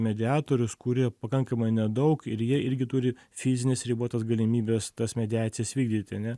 mediatorius kurių pakankamai nedaug ir jie irgi turi fizines ribotas galimybes tas mediacijas vykdyti ane